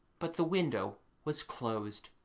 but the window was closed,